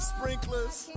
Sprinklers